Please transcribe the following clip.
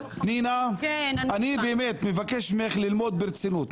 אני באמת מבקש ממך ללמוד ברצינות,